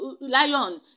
lion